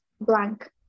blank